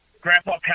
Grandpa